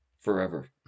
forever